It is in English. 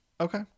Okay